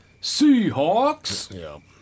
Seahawks